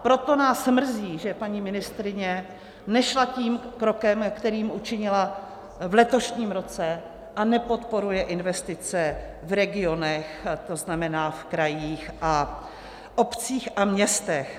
Proto nás mrzí, že paní ministryně nešla tím krokem, který učinila v letošním roce, a nepodporuje investice v regionech, to znamená, v krajích a v obcích a městech.